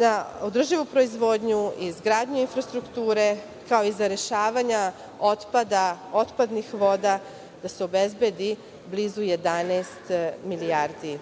na održivu proizvodnju, izgradnju infrastrukture, kao i za rešavanje otpada i otpadnih voda da se obezbedi blizu 11 milijardi